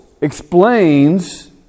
explains